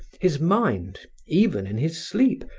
his mind, even in his sleep,